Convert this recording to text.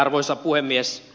arvoisa puhemies